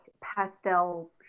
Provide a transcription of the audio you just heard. pastel